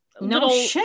No